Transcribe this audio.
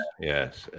yes